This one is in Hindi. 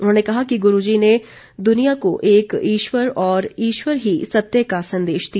उन्होंने कहा कि गुरूजी ने दुनिया को एक ईश्वर और ईश्वर ही सत्य का संदेश दिया